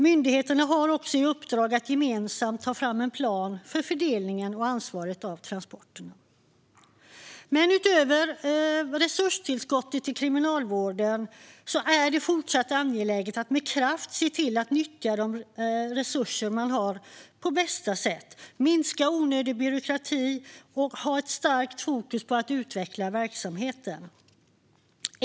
Myndigheterna har också i uppdrag att gemensamt ta fram en plan för fördelningen av ansvaret för transporterna. Utöver resurstillskottet till Kriminalvården är det fortsatt angeläget att med kraft se till att nyttja de resurser man har på bästa sätt, minska onödig byråkrati och ha ett starkt fokus på att utveckla verksamheten.